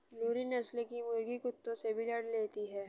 नूरी नस्ल की मुर्गी कुत्तों से भी लड़ लेती है